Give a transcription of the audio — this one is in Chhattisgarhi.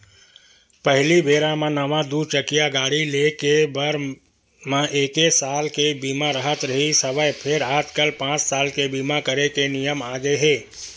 पहिली बेरा म नवा दू चकिया गाड़ी के ले बर म एके साल के बीमा राहत रिहिस हवय फेर आजकल पाँच साल के बीमा करे के नियम आगे हे